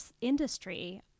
industry